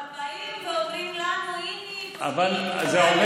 אבל באים ואומרים לנו: היא מופעלת,